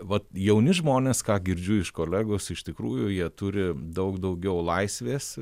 vat jauni žmonės ką girdžiu iš kolegos iš tikrųjų jie turi daug daugiau laisvės